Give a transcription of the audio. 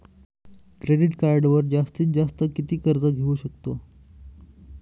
Credit कार्डवर जास्तीत जास्त किती कर्ज घेऊ शकतो?